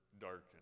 darkened